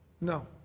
No